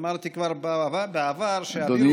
אמרתי כבר בעבר שהווירוס,